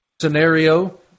scenario